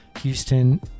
Houston